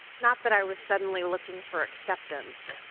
not that i was suddenly looking for acceptance.